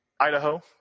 Idaho